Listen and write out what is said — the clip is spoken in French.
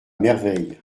merveille